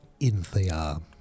Inthea